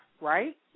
right